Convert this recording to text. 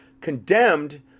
condemned